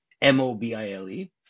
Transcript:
M-O-B-I-L-E